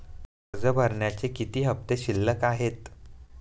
कर्ज भरण्याचे किती हफ्ते शिल्लक आहेत?